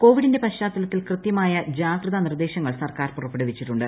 കോവിഡിന്റെ പശ്ചാത്തലത്തിൽ കൃത്യമായ ജാഗ്രതാ നിർദ്ദേശങ്ങൾ സർക്കാർ പുറപ്പെടുവിച്ചിട്ടുണ്ട്